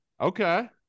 Okay